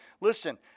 Listen